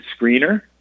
screener